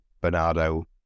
Bernardo